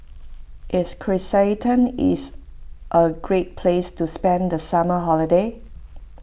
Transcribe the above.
is Kyrgyzstan is a great place to spend the summer holiday